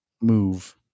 move